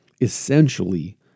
essentially